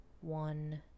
one